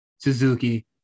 Suzuki